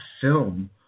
film